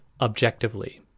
objectively